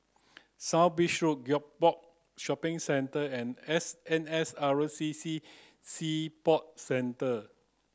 South Bridge Gek Poh Shopping Centre and N S R C C Sea Sport Centre